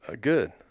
Good